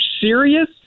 serious